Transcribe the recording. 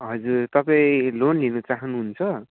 हजुर तपाईँ लोन लिनु चाहानुहुन्छ